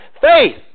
faith